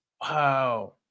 Wow